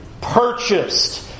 purchased